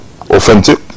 authentic